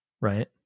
right